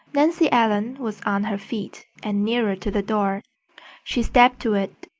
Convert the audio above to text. nancy ellen was on her feet and nearer to the door she stepped to it,